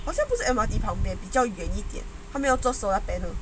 好像不是 M_R_T 傍边比较远一点他们要做 solar panel